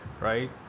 right